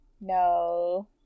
No